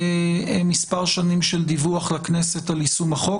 למספר שנים של דיווח לכנסת על יישום החוק.